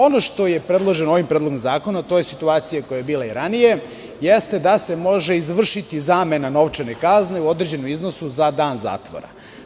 Ono što je predloženo ovim predlogom zakona to je situacija koja je bila i ranije, jeste da se može izvršiti zamena novčane kazne u određenom iznosu za dan zatvora.